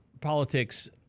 politics